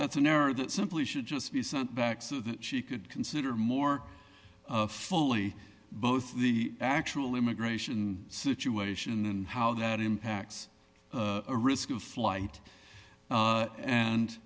that's an error that simply should just be sent back so that she could consider more fully both the actual immigration situation and how that impacts a risk of flight